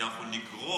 כי אנחנו נגרום,